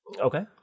Okay